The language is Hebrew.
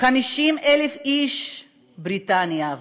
50,000 איש איבדה בריטניה,